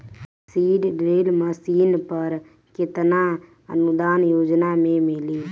Seed drill machine पर केतना अनुदान योजना में मिली?